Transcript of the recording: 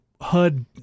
HUD